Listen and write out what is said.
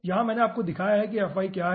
यहां मैंने आपको दिखाया है कि क्या है